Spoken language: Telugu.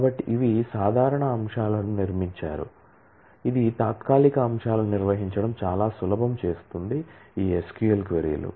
కాబట్టి ఇవి సాధారణ అంశాలను నిర్మించారు ఇది తాత్కాలిక అంశాలను నిర్వహించడం చాలా సులభం చేస్తుంది SQLక్వరీ లు